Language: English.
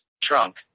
trunk